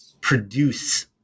produce